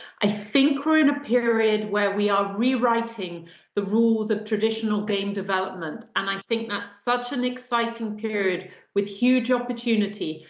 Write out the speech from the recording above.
i think we're in a period where we are rewriting the rules of traditional game development. and i think that's such an exciting period with huge opportunity.